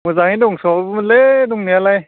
मोजाङैनो दंसाबोमोनलै दंनायालाय